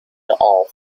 off